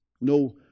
no